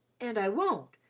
and i won't,